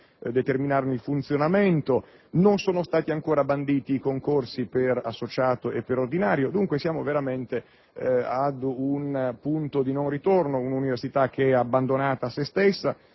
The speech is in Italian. determinarne il funzionamento e non sono stati ancora banditi i concorsi per associato e per ordinario. Siamo quindi veramente ad un punto di non ritorno, con un'università abbandonata a se stessa,